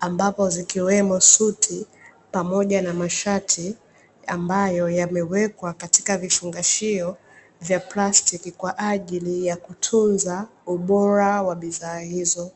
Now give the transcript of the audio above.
ambapo zikiwemo suti pamoja na masharti ambayo yamewekwa katika vifungashio vya plastiki kwa ajili ya kutunza ubora wa bidhaa hizo.